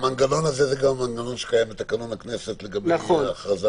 המנגנון הזה הוא מנגנון שקיים בתקנון הכנסת לגבי הכרזה.